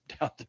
down